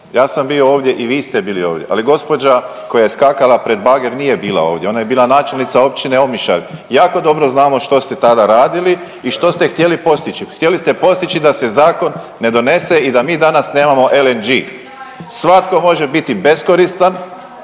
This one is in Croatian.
ja sam bio ovdje i vi ste bili ovdje, ali gospođa koja je skakala pred bager nije bila ovdje, ona je bila načelnica Općine Omišalj. Jako dobro znamo što ste tada radili i što ste htjeli postići. Htjeli ste postići da se zakon ne donese i da mi danas nemamo LNG. …/Upadica se ne